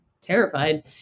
terrified